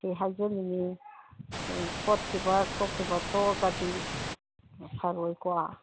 ꯁꯤ ꯍꯥꯏꯖꯅꯤꯡꯏ ꯍꯌꯦꯡ ꯈꯣꯠꯈꯤꯕ ꯁꯣꯛꯈꯤꯕ ꯊꯣꯛꯂꯒꯗꯤ ꯐꯔꯣꯏꯀꯣ